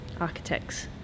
architects